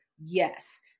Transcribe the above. yes